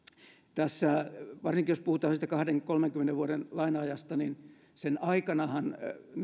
varsinkin jos puhutaan siitä kahdenkymmenen viiva kolmenkymmenen vuoden laina ajasta niin sen aikanahan